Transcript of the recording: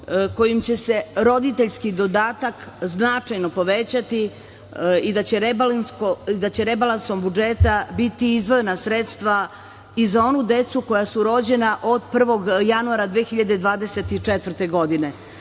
kojim će se roditeljski dodatak značajno povećati i da će rebalansom budžeta biti izdvojena sredstva i za onu decu koja su rođena od 1. januara 2024. godine. Već